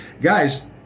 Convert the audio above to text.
guys